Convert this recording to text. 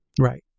Right